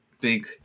big